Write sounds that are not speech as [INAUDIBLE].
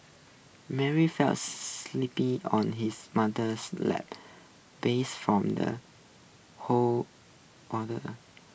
Mary fell [UNINTELLIGIBLE] sleeping on his mother's lap base from the whole ordeal